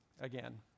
again